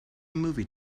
movie